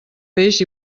peix